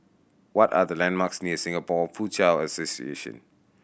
what are the landmarks near Singapore Foochow Association